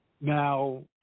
Now